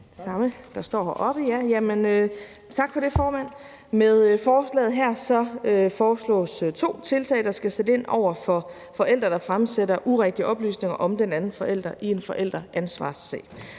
taler, der står heroppe. Med forslaget her foreslås to tiltag, der skal sætte ind over for forældre, der fremsætter urigtige oplysninger om den anden forælder i en forældreansvarssag.